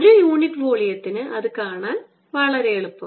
ഒരു യൂണിറ്റ് വോളിയത്തിന് അത് കാണാൻ എളുപ്പമാണ്